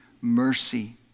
mercy